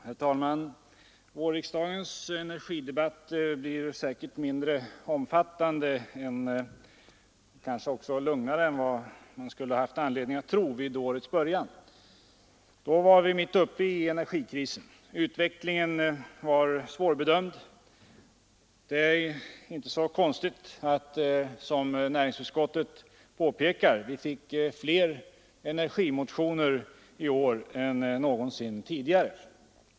Herr talman! Vårriksdagens energidebatt blir säkert mindre omfattande och kanske lugnare än man kunde ha anledning att tro vid årets början. Då var vi mitt uppe i energikrisen. Utvecklingen var svårbedömd. Det är inte så konstigt — som näringsutskottet påpekar — att vi fick fler energimotioner i år än någonsin tidigare.